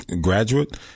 graduate